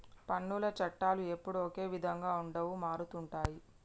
పన్నుల చట్టాలు ఎప్పుడూ ఒకే విధంగా ఉండవు మారుతుంటాయి